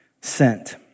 sent